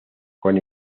con